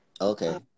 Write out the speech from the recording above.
Okay